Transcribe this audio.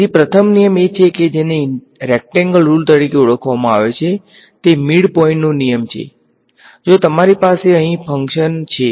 તેથી પ્રથમ નિયમ એ છે કે જેને રેક્ટેંગલ રુલ તરીકે ઓળખવામાં આવે છેતે મિડ પોઈંટનો નિયમ છે જો મારી પાસે અહીં કંઈક ફંકશનછે